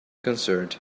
concerned